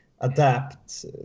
adapt